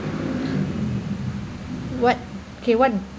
what kay what